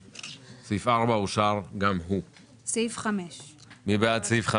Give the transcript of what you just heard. הצבעה סעיף 20 אושר סעיף 20 אושר.